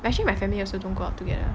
actually my family also don't go out together